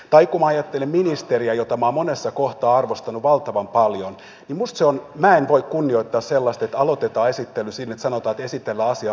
tai kun minä ajattelen ministeriä jota minä olen monessa kohtaa arvostanut valtavan paljon niin minä en voi kunnioittaa sellaista että aloitetaan esittely siten että sanotaan että esitellään asia vastenmielisesti